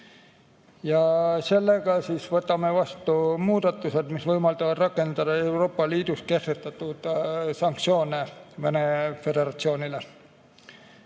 Sellega võtame vastu muudatused, mis võimaldavad rakendada Euroopa Liidus kehtestatud sanktsioone Vene föderatsiooni